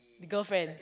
the girlfriend